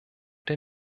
der